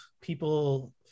people